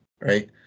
right